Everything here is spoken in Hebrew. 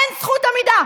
אין זכות עמידה,